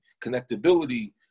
connectability